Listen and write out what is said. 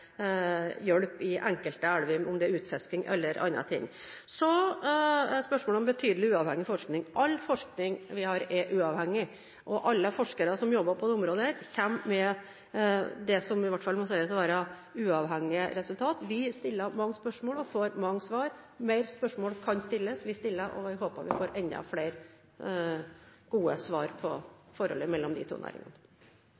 hjelp i enkelte elver, om det handler om utfisking eller andre ting. Så til spørsmålet om betydelig uavhengig forskning. All forskning vi har, er uavhengig. Alle forskere som jobber på dette området, kommer med det som må sies å være uavhengige resultater. Vi stiller mange spørsmål og får mange svar. Flere spørsmål kan stilles – vi vil stille dem – og jeg håper at vi kan få enda flere gode svar